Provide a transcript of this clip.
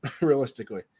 realistically